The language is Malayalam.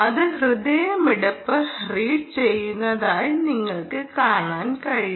അത് ഹൃദയമിടിപ്പ് റീഡ് ചെയ്തതായി നിങ്ങൾക്ക് കാണാൻ കഴിയും